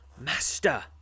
Master